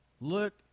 look